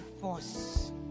force